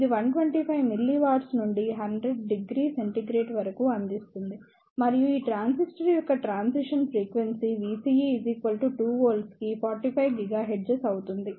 ఇది 125 mW నుండి 1000 C వరకు అందిస్తుంది మరియు ఈ ట్రాన్సిస్టర్ యొక్క ట్రాన్సిషన్ ఫ్రీక్వెన్సీ VCE 2V కి 45 GHz అవుతుంది